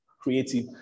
creative